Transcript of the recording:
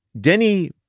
Denny